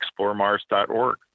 exploremars.org